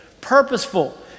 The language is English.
Purposeful